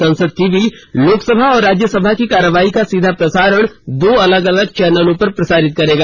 संसद टीवी लोक सभा और राज्य सभा की कार्यवाही का सीधा प्रसारण दो अलग अलग चैनलों पर प्रसारित करेगा